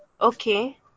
okay